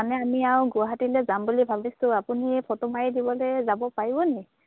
মানে আমি আৰু গুৱাহাটীলে যাম বুলি ভাবিছোঁ আপুনি ফটো মাৰি দিবলে যাব পাৰিব নি